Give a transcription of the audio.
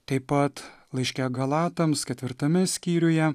taip pat laiške galatams ketvirtame skyriuje